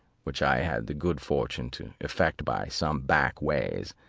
which i had the good fortune to effect by some back ways,